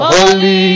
Holy